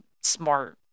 smart